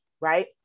right